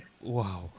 wow